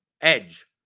Edge